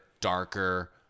darker